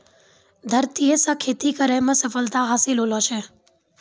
धरतीये से खेती करै मे सफलता हासिल होलो छै